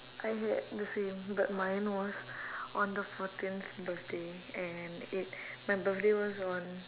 I had the same but mine was on the fourteenth birthday and it my birthday was on